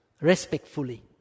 respectfully